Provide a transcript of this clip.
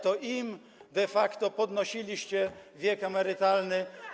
to im de facto podnosiliście wiek emerytalny.